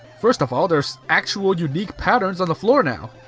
first of all, there's actual unique patterns on the floor now!